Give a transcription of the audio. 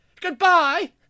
Goodbye